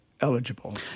eligible